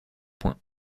points